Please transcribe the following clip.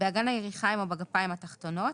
באגן הירכיים או בגפיים התחתונות.